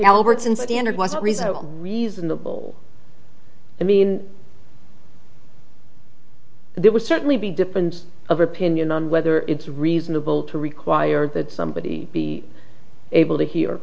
albertsons standard wasn't reasonable reasonable i mean there would certainly be difference of opinion on whether it's reasonable to require that somebody be able to hear